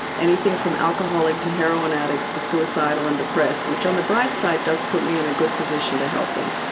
anything from alcoholic to heroin addicts to suicidal and depressed, which on the bright side, does put me in a good position to help them.